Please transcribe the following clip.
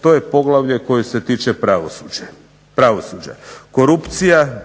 to je poglavlje koje se tiče pravosuđa. Korupcija,